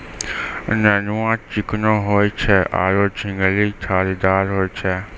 नेनुआ चिकनो होय छै आरो झिंगली धारीदार होय छै